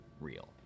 real